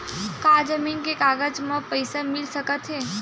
का जमीन के कागज म पईसा मिल सकत हे?